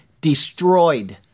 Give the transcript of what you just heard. destroyed